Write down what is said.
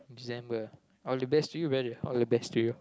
December all the best to you brother all the best to you